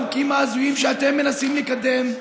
מהחוקים ההזויים שאתם מנסים לקדם,